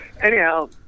anyhow